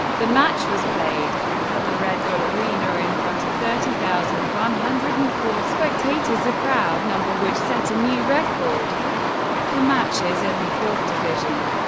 the match was played at the red bull arena in front of thirty thousand one hundred and four spectators, a crowd number which set a new record for matches in the fourth division.